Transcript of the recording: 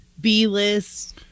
B-list